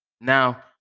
Now